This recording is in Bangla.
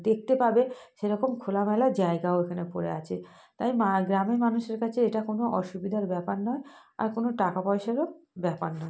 দেখতে পাবে সেরকম খোলামেলা জায়গাও এখানে পড়ে আছে তাই মা গ্রামের মানুষের কাছে এটা কোনো অসুবিধার ব্যাপার নয় আর কোনো টাকা পয়সারও ব্যাপার নয়